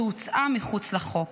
שהוצאה מחוץ לחוק,